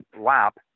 lap